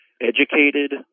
educated